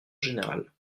générale